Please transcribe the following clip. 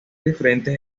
diferentes